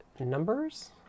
Numbers